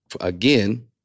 again